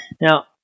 Now